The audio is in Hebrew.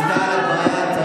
השרה דיסטל אטבריאן.